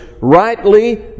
rightly